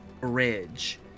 bridge